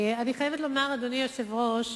אדוני היושב-ראש,